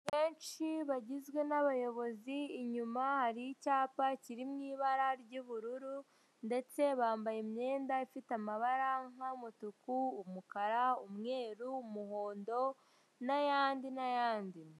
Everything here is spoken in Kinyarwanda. Benshi bagizwe n'abayobozi inyuma hari icyapa kiri mu ibara ry'ubururu, ndetse bambaye imyenda ifite amabara nk'umutuku, umukara, umweru, umuhondo n'ayandi n'ayandi.